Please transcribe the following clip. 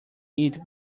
eat